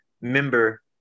member